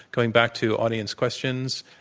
going back to audience questions.